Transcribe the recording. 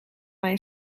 mijn